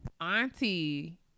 Auntie